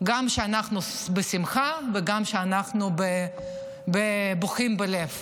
גם כשאנחנו בשמחה וגם כשאנחנו בוכים בלב.